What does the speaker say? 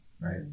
right